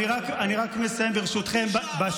אני רק מסיים, ברשותכם.